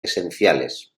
esenciales